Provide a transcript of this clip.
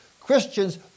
Christians